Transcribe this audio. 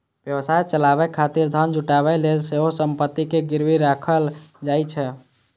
व्यवसाय चलाबै खातिर धन जुटाबै लेल सेहो संपत्ति कें गिरवी राखल जाइ छै